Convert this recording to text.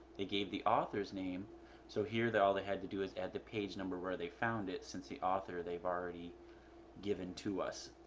they gave the author's name so here they all they had to do it at the page number where they found it since the author they've already given to us.